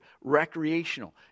recreational